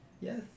Yes